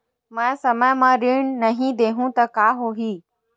मैं समय म ऋण नहीं देहु त का होही